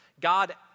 God